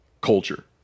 culture